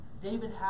David